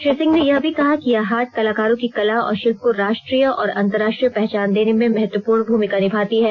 श्री सिंह ने यह भी कहा कि यह हाट कलाकारों की कला और शिल्प को राष्ट्रीय और अंतर्राष्ट्रीय पहचान देने में महत्व्रंपर्ण भूमिका निभाती है